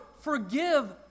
forgive